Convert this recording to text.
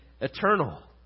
eternal